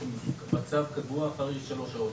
בצו קבוע אחרי שלוש שעות.